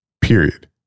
Period